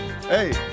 Hey